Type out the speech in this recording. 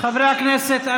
חברי הכנסת,